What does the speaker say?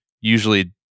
usually